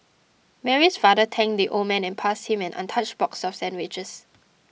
Mary's father thanked the old man and passed him an untouched box of sandwiches